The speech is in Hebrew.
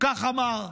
כך אמר.